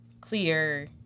clear